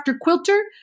quilter